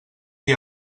dir